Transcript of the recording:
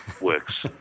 works